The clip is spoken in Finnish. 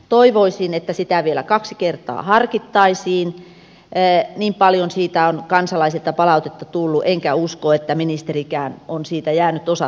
toivoisin että sitä vielä kaksi kertaa harkittaisiin niin paljon siitä on kansalaisilta palautetta tullut enkä usko että ministerikään on siitä jäänyt osattomaksi